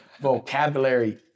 vocabulary